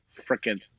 freaking